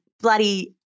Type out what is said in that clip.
bloody